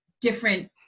different